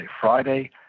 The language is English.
Friday